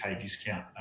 discount